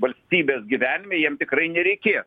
valstybės gyvenime jiem tikrai nereikė